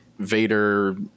vader